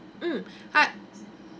mm hi